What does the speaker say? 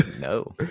No